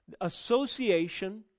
association